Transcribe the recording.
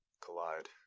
collide